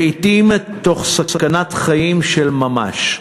לעתים תוך סכנת חיים של ממש: